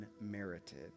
unmerited